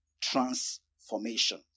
transformation